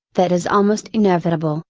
that is almost inevitable,